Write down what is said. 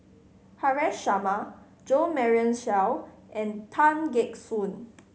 Haresh Sharma Jo Marion Seow and Tan Gek Suan